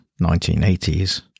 1980s